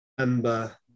remember